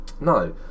no